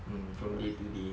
mm from day to day